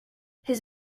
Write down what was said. his